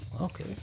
Okay